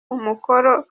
umukoro